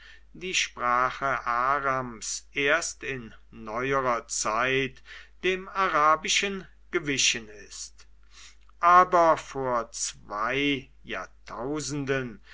die sprache arams erst in neuerer zeit dem arabischen gewichen ist aber vor zwei jahrtausenden